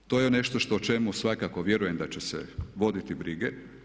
To je nešto što o čemu svakako vjerujem da će se voditi brige.